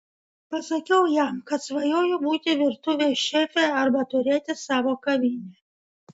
pasakiau jam kad svajoju būti virtuvės šefė arba turėti savo kavinę